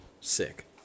Sick